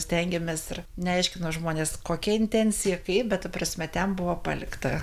stengiamės ir neaiškino žmonės kokia intencija kaip bet ta prasme ten buvo palikta